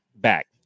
back